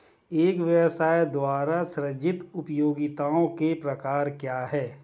एक व्यवसाय द्वारा सृजित उपयोगिताओं के प्रकार क्या हैं?